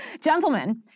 Gentlemen